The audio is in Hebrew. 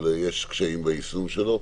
אבל יש קשיים ביישום שלו,